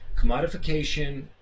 Commodification